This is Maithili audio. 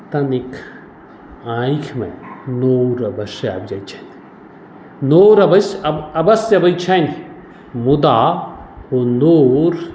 तनिक आँखिमे नोर अवश्य आबि जाइत छनि नोर अवश्य अबैत छनि मुदा ओ नोर